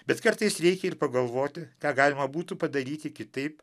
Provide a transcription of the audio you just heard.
bet kartais reikia ir pagalvoti ką galima būtų padaryti kitaip